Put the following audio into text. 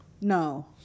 No